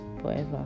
forever